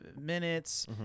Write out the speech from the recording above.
minutes